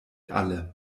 alle